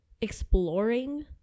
exploring